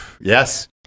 yes